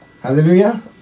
Hallelujah